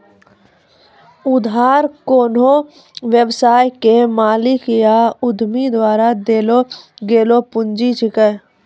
उधार कोन्हो व्यवसाय के मालिक या उद्यमी द्वारा देल गेलो पुंजी छिकै